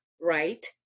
right